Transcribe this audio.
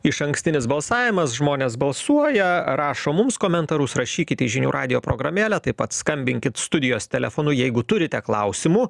išankstinis balsavimas žmonės balsuoja rašo mums komentarus rašykite į žinių radijo programėlę taip pat skambinkit studijos telefonu jeigu turite klausimų